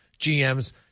GMs